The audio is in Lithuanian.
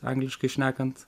angliškai šnekant